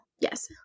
Yes